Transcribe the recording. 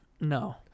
No